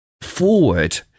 forward